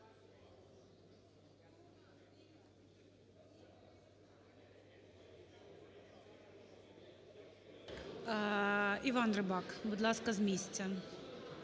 Іван Рибак, будь ласка, з місця.